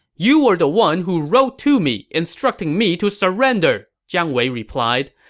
you were the one who wrote to me instructing me to surrender, jiang wei replied.